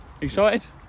Excited